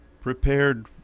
prepared